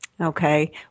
okay